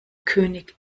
könig